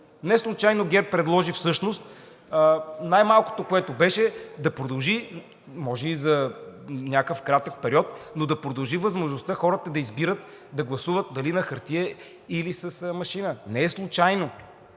Неслучайно ГЕРБ предложи всъщност най-малкото, което беше, може и за някакъв кратък период, но да продължи възможността хората да избират да гласуват дали на хартия, или с машина. Не е случайно.